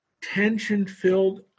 tension-filled